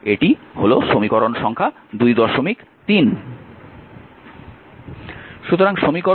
এটি হল সমীকরণ সংখ্যা 23